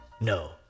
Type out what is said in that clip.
No